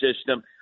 system